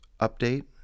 update